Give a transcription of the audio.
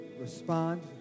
respond